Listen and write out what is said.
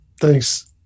Thanks